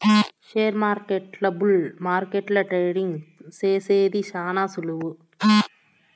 షేర్మార్కెట్ల బుల్ మార్కెట్ల ట్రేడింగ్ సేసేది శాన సులువు